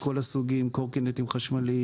קורקינטים חשמליים,